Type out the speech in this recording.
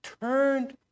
turned